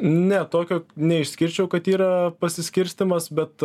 ne tokio neišskirčiau kad yra pasiskirstymas bet